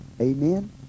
Amen